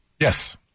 Yes